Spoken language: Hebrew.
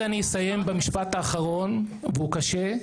והוא קשה.